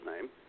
name